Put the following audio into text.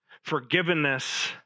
Forgiveness